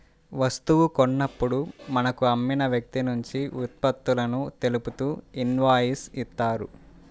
వస్తువు కొన్నప్పుడు మనకు అమ్మిన వ్యక్తినుంచి ఉత్పత్తులను తెలుపుతూ ఇన్వాయిస్ ఇత్తారు